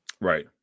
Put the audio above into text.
Right